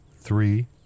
three